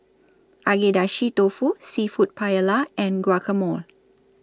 Agedashi Dofu Seafood Paella and Guacamole